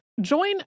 Join